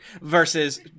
Versus